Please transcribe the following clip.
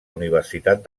universitat